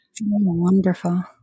Wonderful